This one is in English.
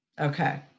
Okay